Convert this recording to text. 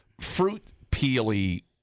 fruit-peely